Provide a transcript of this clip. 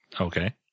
Okay